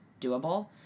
doable